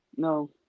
No